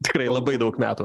tikrai labai daug metų